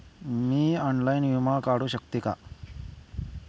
मी online विमा काढू शकते का?